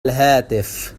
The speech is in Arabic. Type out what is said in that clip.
الهاتف